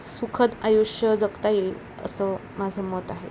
सुखद आयुष्य जगता येईल असं माझं मत आहे